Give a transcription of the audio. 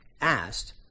asked